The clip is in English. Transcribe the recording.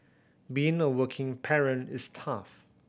being a working parent is tough